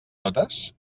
totes